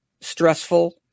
stressful